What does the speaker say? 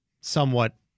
somewhat